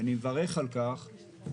ואני מברך על כך,